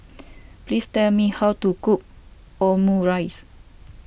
please tell me how to cook Omurice